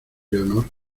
leonor